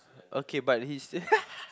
okay but he's